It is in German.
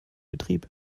betrieb